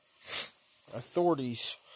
authorities